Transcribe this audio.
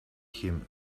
him